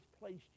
placed